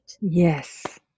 Yes